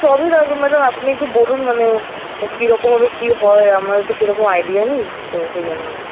সবই লাগবে ম্যাডাম আপনি একটু বলুন মানে কিরকমভাবে কি হয় আমার তো সেরকম আইডিয়া নেই তো সে জন্যই